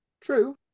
True